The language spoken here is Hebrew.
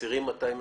האסירים, מתי מגיע?